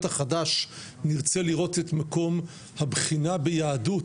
החדש נרצה לראות את מקום הבחינה ביהדות,